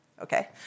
okay